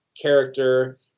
character